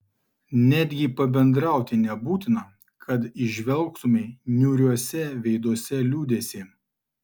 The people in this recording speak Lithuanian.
netgi pabendrauti nebūtina kad įžvelgtumei niūriuose veiduose liūdesį